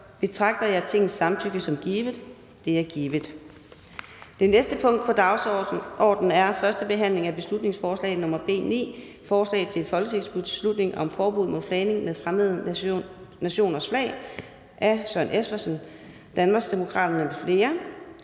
betragter jeg Tingets samtykke som givet. Det er givet. --- Det næste punkt på dagsordenen er: 3) 1. behandling af beslutningsforslag nr. B 9: Forslag til folketingsbeslutning om forbud mod flagning med fremmede nationers flag. Af Søren Espersen (DD) m.fl. (Fremsættelse